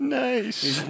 nice